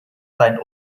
sein